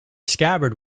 scabbard